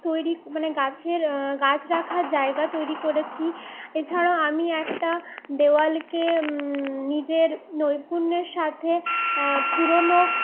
তৈরি মানে গাছের গাছ রাখার জায়গা তৈরি করেছি এছাড়াও আমি একটা দেওয়ালকে নিজের নৈপুণ্যের সাথে পুরোনো